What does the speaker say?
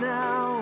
now